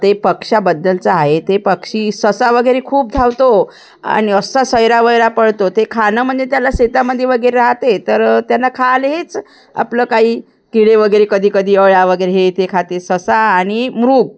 ते पक्ष्याबद्दलचं आहे ते पक्षी ससा वगैरे खूप धावतो आणि असा सैरावैरा पळतो ते खाणं म्हणजे त्याला शेतामध्ये वगैरे राहते तर त्यांना खाले हेच आपलं काही केळे वगैरे कधीकधी अळ्या वगैरे हे ते खाते ससा आणि मृग